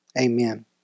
Amen